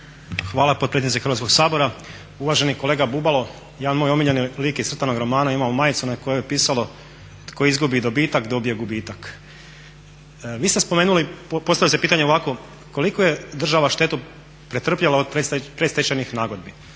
Hvala potpredsjednice Hrvatskog sabora. Uvaženi kolega Bubalo, jedan moj omiljeni lik iz crtanog romana imao je majicu na kojoj je pisalo "tko izgubi dobitak dobije gubitak". Vi ste spomenuli, postavili ste pitanje ovako, koliku je država štetu pretrpjela od predstečajnih nagodbi.